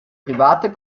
privater